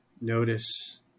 notice